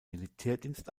militärdienst